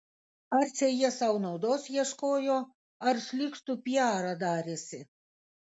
ar čia jie sau naudos ieškojo ar šlykštų piarą darėsi